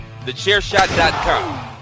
TheChairShot.com